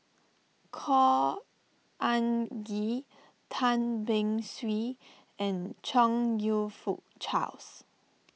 Khor Ean Ghee Tan Beng Swee and Chong You Fook Charles